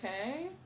Okay